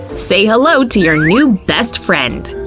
say hello to your new best friend!